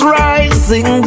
rising